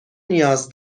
نیاز